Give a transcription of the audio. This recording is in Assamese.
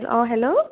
অ হেল্ল'